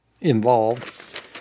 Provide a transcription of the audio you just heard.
involved